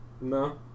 No